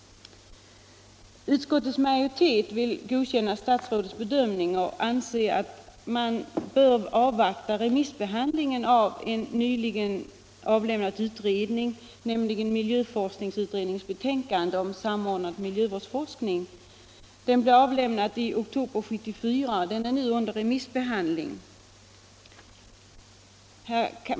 Utskottets majoritet vill godkänna statsrådets bedömning och anser att man bör avvakta remissbehandlingen av miljöforskningsutredningens nyligen avlämnade betänkande om samordnad miljövårdsforskning. Betänkandet, som framlades i oktober 1974, är nu föremål för remissbehandling.